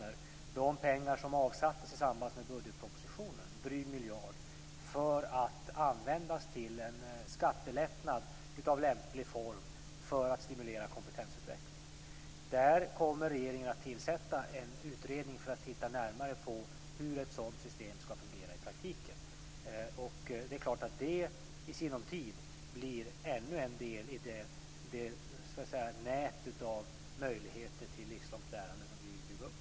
Det gäller pengar som avsattes i samband med budgetpropositionen, en dryg miljard, för att användas till en skattelättnad av lämplig form för att stimulera kompetensutveckling. Där kommer regeringen att tillsätta en utredning för att titta närmare på hur ett sådant system ska fungera i praktiken. Det i sinom tid blir ännu en del i det nät av möjligheter till livslångt lärande som vi vill bygga upp.